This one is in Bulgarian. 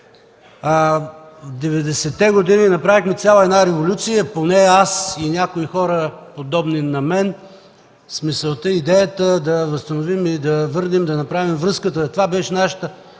В 90-те години направихме цяла една революция, поне аз и някои хора, подобни на мен, с мисълта и идеята да възстановим, да върнем, да направим връзката – това беше нашата